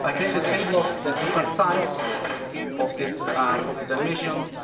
i created a table of the different times of this of this animation.